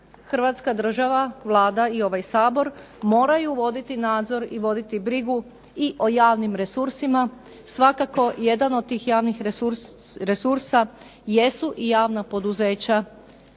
Hrvatska država, Vlada i ovaj Sabor moraju voditi nadzor i voditi brigu o javnim resursima, svakako jedan od tih javnih resursa jesu i javna poduzeća